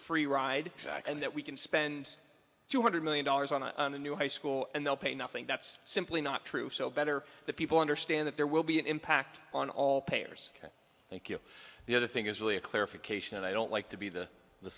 free ride and that we can spend two hundred million dollars on a new high school and they'll pay nothing that's simply not true so better that people understand that there will be an impact on all payers thank you the other thing is really a clarification and i don't like to be the the